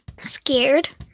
Scared